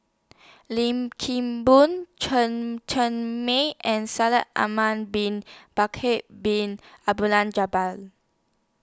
Lim Kim Boon Chen Cheng Mei and Shaikh Ahmad Bin Bakar Bin Abdullah Jabbar